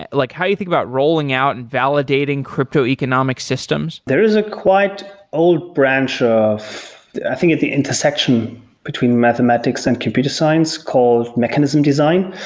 like how you think about rolling out and validating crypto economic systems? there is a quiet old branch of i think, at the intersection between mathematics and computer science called mechanism design.